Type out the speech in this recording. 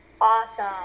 Awesome